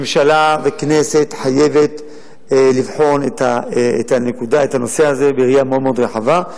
ממשלה וכנסת חייבות לבחון את הנושא הזה בראייה מאוד-מאוד רחבה.